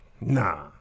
nah